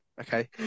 Okay